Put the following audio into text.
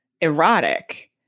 erotic